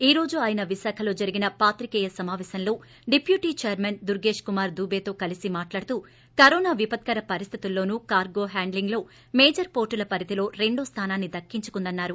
ఈ రోజు ఆయన విశాఖలో జరిగిన పాత్రికేయ సమాపేశంలో డిప్యూటీ చైర్మన్ దుర్గేష్ కుమార్ దూబేతో కలిసి పాల్గొని మాట్లాడుతూ కరోనా విపత్కర పరిస్దితుల్లోనూ కార్గో హ్యాండ్లింగ్లో మేజర్ పోర్టుల పరిధిలో రెండో స్థానాన్ని దక్కించుకుందని అన్నారు